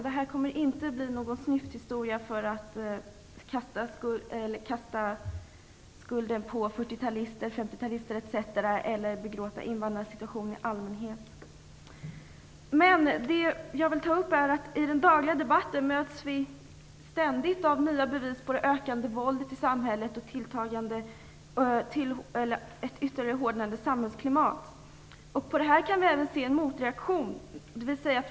Detta kommer inte att bli någon snyfthistoria för att kasta skulden på fyrtiotalister, femtiotalister eller andra, eller att begråta invandrarnas situation i allmänhet. I den dagliga debatten möts vi ständigt av nya bevis på det ökande våldet i samhället och ett ytterligare hårdnande samhällsklimat. På detta kan vi även se en motreaktion.